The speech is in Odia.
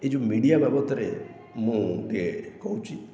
ଏହି ଯେଉଁ ମିଡ଼ିଆ ବାବଦରେ ମୁଁ ଟିକେ କହୁଛି